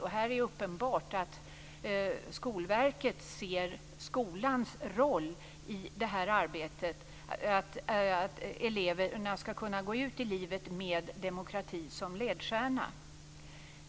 Det är här uppenbart att Skolverket ser skolans roll i detta arbete - att eleverna skall kunna gå ut i livet med demokratin som ledstjärna.